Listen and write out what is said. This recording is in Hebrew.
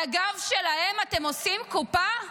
על הגב שלהם אתם עושים קופה?